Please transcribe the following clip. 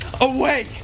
away